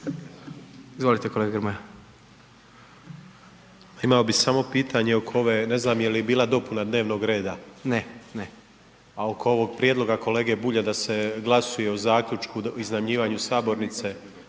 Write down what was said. Nikola (MOST)** Imao bih pitanje oko ove, ne znam jeli bila dopuna dnevnog reda? … /Upadica Predsjednik: Ne./ … A oko ovog prijedloga kolege Bulja da se glasuje o zaključku iznajmljivanju sabornice,